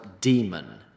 demon